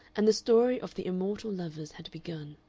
and the story of the immortal lovers had begun.